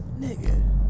Nigga